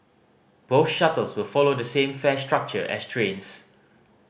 both shuttles will follow the same fare structure as trains